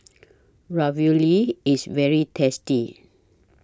Ravioli IS very tasty